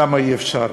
למה אי-אפשר.